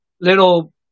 little